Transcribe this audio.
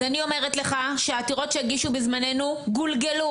אז אני אומרת לך שהעתירות שהגישו בזממנו גולגלו